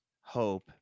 hope